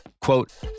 Quote